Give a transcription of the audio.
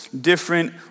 different